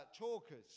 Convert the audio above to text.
talkers